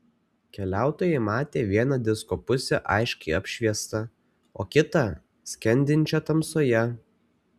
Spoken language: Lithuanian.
keliautojai matė vieną disko pusę aiškiai apšviestą o kitą skendinčią tamsoje